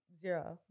Zero